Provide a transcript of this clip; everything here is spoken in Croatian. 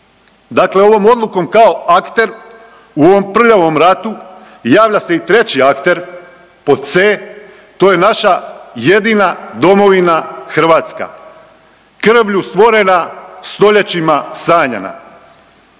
Dakle, ovom odlukom kao akter u ovom prljavom ratu javlja se i treći akter pod c) to je naša jedina domovina Hrvatska krvlju stvorena, stoljećima sanjana.